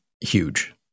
huge